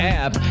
app